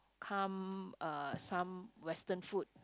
come uh some western food